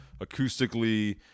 acoustically